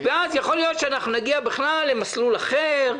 ואז יכול להיות שנגיע בכלל למסלול אחר,